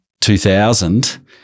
2000